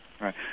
Right